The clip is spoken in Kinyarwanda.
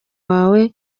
wawe